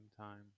time